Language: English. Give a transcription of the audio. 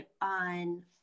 on